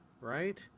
right